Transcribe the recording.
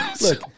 look